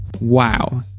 Wow